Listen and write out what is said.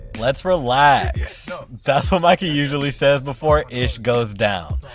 let's relax. yeah so that's what micah usually says before ish goes down.